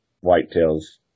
Whitetail's